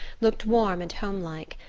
looked warm and home-like,